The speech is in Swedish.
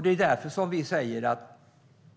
Det är därför vi säger att